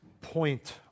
point